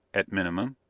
at minimum.